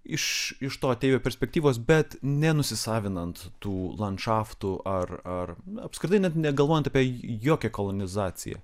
iš iš to ateivio perspektyvos bet nenusisavinant tų landšaftų ar ar apskritai net negalvojant apie jokią kolonizaciją